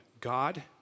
God